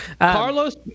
carlos